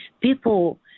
People